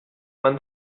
man